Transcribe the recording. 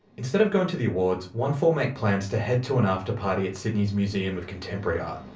instead of going to the awards, onefour make plans to head to an afterparty at sydney's museum of contemporary art.